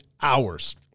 hours